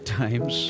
times